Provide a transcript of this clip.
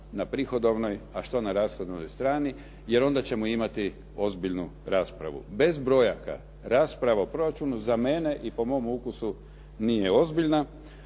na prihodovnoj, a što na rashodnoj strani, jer onda ćemo imati ozbiljnu raspravu. Bez brojaka rasprava o proračunu za mene i po mom ukusu nije ozbiljna,